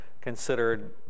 considered